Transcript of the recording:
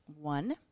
one